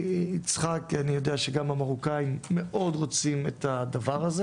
יצחק אני יודע שהמרוקאים גם מאוד רוצים את הדבר הזה